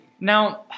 Now